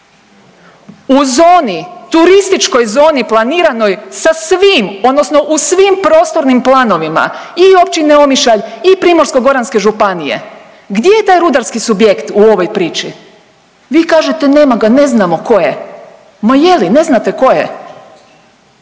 U zoni, turističkoj zoni planiranoj sa svim odnosno u svim prostornim planovima i Općine Omišalj i Primorsko-goranske županije, gdje je taj rudarski subjekt u ovoj priči? Vi kažete nema ga, ne znamo ko je, ma je li ne znate ko je.